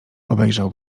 obejrzał